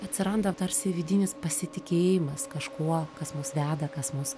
atsiranda tarsi vidinis pasitikėjimas kažkuo kas mus veda kas mus